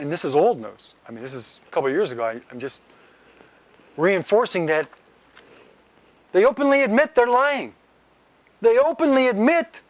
and this is old news i mean this is a couple years ago i'm just reinforcing that they openly admit they're lying they openly admit